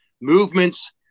Movements